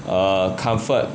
err comfort